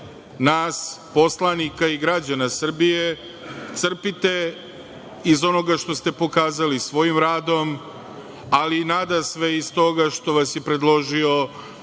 nas poslanika i građana Srbije crpite iz onoga što ste pokazali svojim radom, ali i nadasve iz toga što vas je predložio